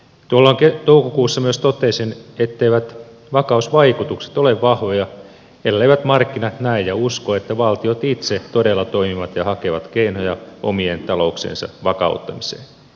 tuolloin toukokuussa myös totesin etteivät vakausvaikutukset ole vahvoja elleivät markkinat näe ja usko että valtiot itse todella toimivat ja hakevat keinoja omien talouksiensa vakauttamiseen